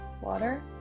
Water